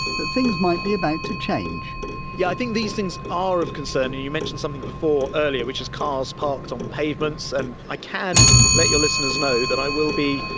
that things might be about to change yeah, i think these things are of concern and you mentioned something before, earlier, which is cars parked on pavements and i can let your listeners know that i will be,